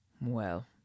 Well